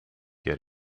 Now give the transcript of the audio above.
good